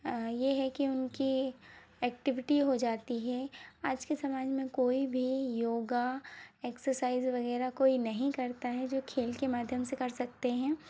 ये है कि उनकी एक्टिविटी हो जाती है आज के समाज में कोई भी योगा एक्सरसाइज वगैरह कोई नहीं करता है जो खेल के माध्यम से कर सकते हैं